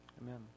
amen